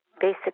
basic